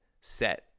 set